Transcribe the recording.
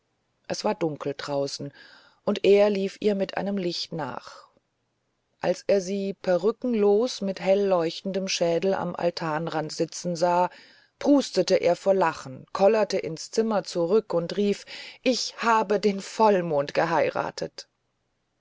es war dunkel draußen und er lief ihr mit einem licht nach als er sie perückenlos mit helleuchtendem schädel am altanrand sitzen sah prustete er vor lachen kollerte ins zimmer zurück und rief ich habe den vollmond geheiratet